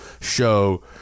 show